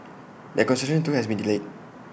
that construction too has been delayed